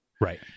right